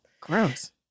Gross